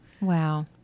wow